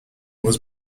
was